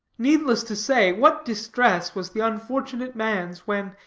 needless to say what distress was the unfortunate man's, when,